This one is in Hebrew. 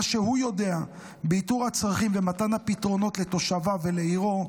מה שהוא יודע באיתור הצרכים ומתן הפתרונות לתושביו ולעירו,